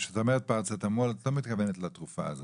שאת אומרת פרוצטמול, את לא מתכוונת לתרופה הזאת?